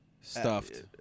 stuffed